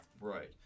Right